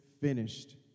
finished